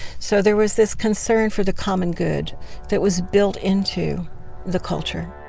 so there was this concern for the common good that was built into the culture.